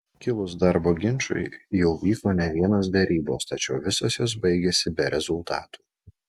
kilus darbo ginčui jau vyko ne vienos derybos tačiau visos jos baigėsi be rezultatų